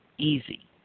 easy